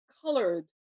colored